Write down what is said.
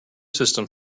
system